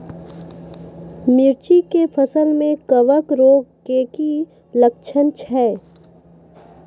मिर्ची के फसल मे कवक रोग के की लक्छण छै?